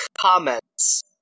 comments